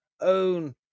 own